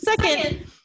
Second